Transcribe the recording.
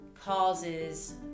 causes